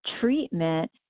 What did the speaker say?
treatment